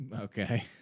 Okay